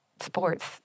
sports